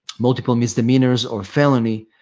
multiple misdemeanors or felonies,